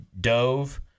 dove